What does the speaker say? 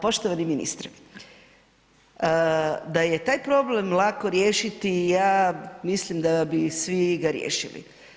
Poštovani ministre, da je taj problem lako riješiti, ja mislim da bi svi ga riješili.